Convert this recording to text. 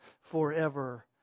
forever